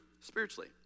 spiritually